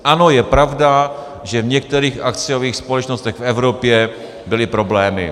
Ano, je pravda, že v některých akciových společnostech v Evropě byly problémy.